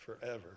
forever